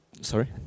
Sorry